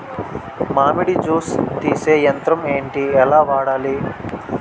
మామిడి జూస్ తీసే యంత్రం ఏంటి? ఎలా వాడాలి?